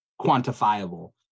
quantifiable